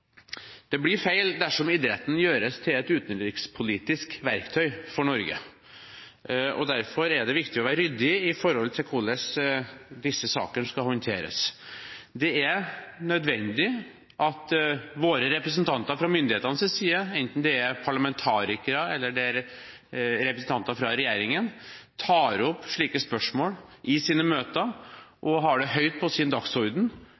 Det blir feil dersom idretten gjøres til et utenrikspolitisk verktøy for Norge. Derfor er det viktig å være ryddig når det gjelder hvordan disse sakene skal håndteres. Det er nødvendig at våre representanter fra myndighetenes side, enten det er parlamentarikere eller representanter fra regjeringen, tar opp slike spørsmål i sine møter og har det høyt på sin dagsorden